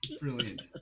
brilliant